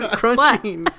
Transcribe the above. crunching